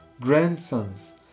grandsons